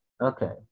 Okay